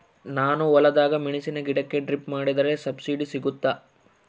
ನಾನು ಹೊಲದಾಗ ಮೆಣಸಿನ ಗಿಡಕ್ಕೆ ಡ್ರಿಪ್ ಮಾಡಿದ್ರೆ ಸಬ್ಸಿಡಿ ಸಿಗುತ್ತಾ?